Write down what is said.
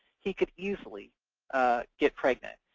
he could easily get pregnant.